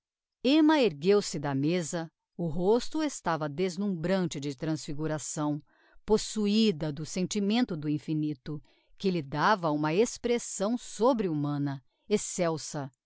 emma ergueu-se da mesa o rosto estava deslumbrante de transfiguração possuida do sentimento do infinito que lhe dava uma expressão sobrehumana excelsa